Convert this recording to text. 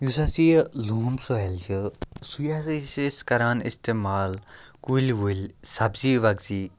یُس ہَسا یہِ لوٗم سایِل چھِ سُے ہَسا چھِ أسۍ کَران استعمال کُلۍ وُلۍ سبزی وَگزی